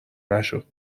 نشد